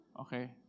okay